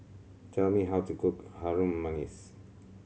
tell me how to cook Harum Manis